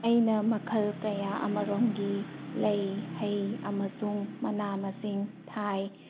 ꯑꯩꯅ ꯃꯈꯜ ꯀꯌꯥ ꯑꯃꯔꯣꯝꯒꯤ ꯂꯩ ꯍꯩ ꯑꯃꯁꯨꯡ ꯃꯅꯥ ꯃꯁꯤꯡ ꯊꯥꯏ